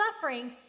Suffering